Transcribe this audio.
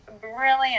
brilliant